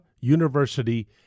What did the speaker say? University